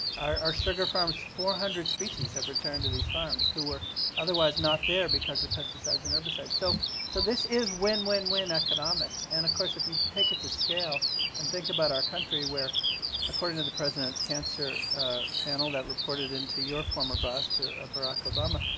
our our sugar farms four hundred species have returned to these farms who were otherwise not there because of pesticides and herbicides. so so this is win-win-win economics, and, of course, if you take it to scale and think about our country, where according to the president's cancer panel that reported into your former boss, to ah barack obama,